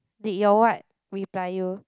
did your what reply you